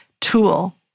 tool